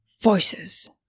Voices